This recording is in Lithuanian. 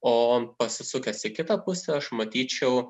o pasisukęs į kitą pusę aš matyčiau